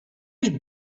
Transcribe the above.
you